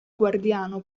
guardiano